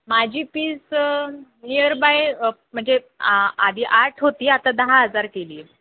माझी fees nearby म्हणजे आ आधी आठ होती आता दहा हजार केली